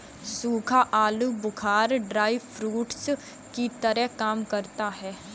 सूखा आलू बुखारा ड्राई फ्रूट्स की तरह काम करता है